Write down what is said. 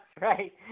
right